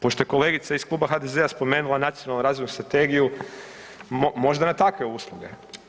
Pošto je kolegica iz Kluba HDZ-a spomenula Nacionalnu razvojnu strategiju, možda na takve usluge.